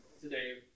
today